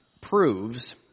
proves